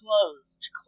closed